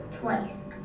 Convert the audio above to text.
Twice